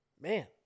Man